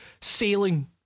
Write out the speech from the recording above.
sailing